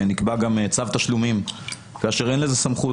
נקבע גם צו תשלומים כאשר אין לזה סמכות,